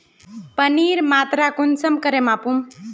पानीर मात्रा कुंसम करे मापुम?